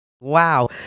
Wow